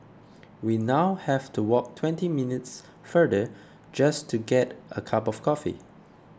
we now have to walk twenty minutes farther just to get a cup of coffee